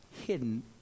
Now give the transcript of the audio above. hidden